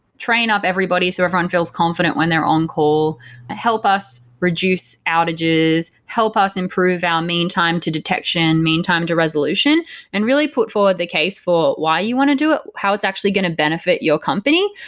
train up everybody so everyone feels confident when they're on-call, help us reduce outages, help us improve our meantime to detection, meantime to resolution and really put forward the case for why you want to do it, how it's actually going to benefit your company.